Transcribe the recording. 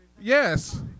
Yes